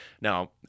Now